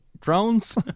drones